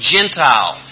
Gentile